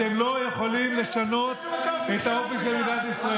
אתם לא יכולים לשנות את האופי של מדינת ישראל.